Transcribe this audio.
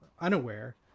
unaware